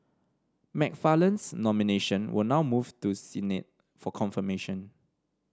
McFarland's nomination will now move to the Senate for confirmation